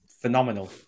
Phenomenal